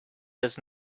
does